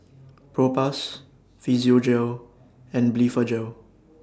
Propass Physiogel and Blephagel